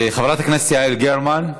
חברת הכנסת יעל גרמן,